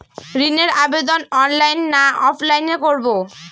ঋণের আবেদন অনলাইন না অফলাইনে করব?